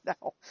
now